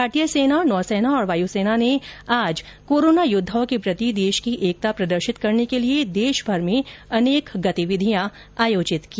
भारतीय सेना नौसेना और वायुसेना ने आज कोरोना योद्वाओं के प्रति देश की एकता प्रदर्शित करने के लिए देशभर में अनेक गतिविधियां आयोजित की